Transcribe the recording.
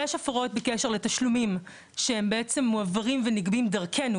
יש הפרות בקשר לתשלומים שהם בעצם מועברים ונגבים דרכנו,